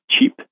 cheap